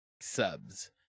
subs